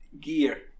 gear